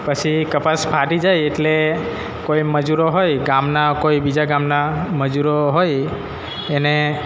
પછી કપાસ ફાટી જાય એટલે કોઈ મજૂરો હોય ગામના કોઈ બીજા ગામના મજૂરો હોય એને